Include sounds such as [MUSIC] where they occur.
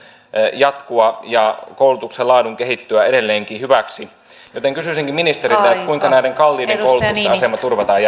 jatkua ja koulutuksen laadun kehittyä edelleenkin hyväksi joten kysyisinkin ministeriltä kuinka näiden kalliiden koulutusten asema turvataan [UNINTELLIGIBLE]